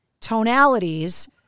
tonalities